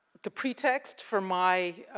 the pretext for my